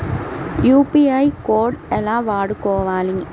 UPI code ఎలా వాడుకోవాలి?